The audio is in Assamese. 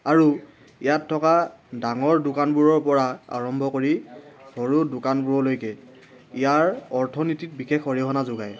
আৰু ইয়াত থকা ডাঙৰ দোকানবোৰৰ পৰা আৰম্ভ কৰি সৰু দোকানবোৰলৈকে ইয়াৰ অৰ্থনীতিত বিশেষ অৰিহণা যোগায়